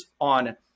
on